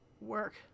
Work